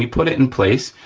put it in place,